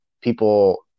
people